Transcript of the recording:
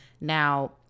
Now